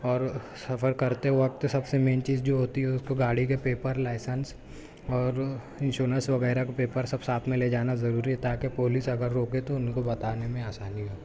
اور سفر کرتے وقت سب سے مین چیز جو ہوتی ہے اس کو گاڑی کے پیپر لائسنس اور انسورینس وغیرہ کو پیپر سب ساتھ میں لے جانا ضروری ہے تاکہ پولیس اگر روکے تو ان کو بتانے میں آسانی ہو